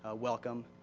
ah welcome,